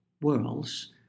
worlds